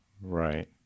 Right